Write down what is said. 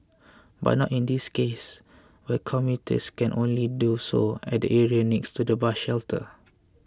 but not in this case where commuters can only do so at the area next to the bus shelter